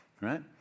right